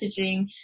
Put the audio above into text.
messaging